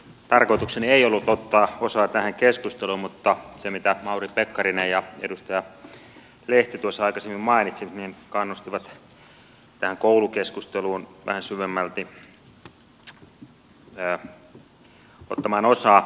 tarkoitukseni ei ollut ottaa osaa tähän keskusteluun mutta se mitä mauri pekkarinen ja edustaja lehti tuossa aikaisemmin mainitsivat kannusti tähän koulukeskusteluun vähän syvemmälti ottamaan osaa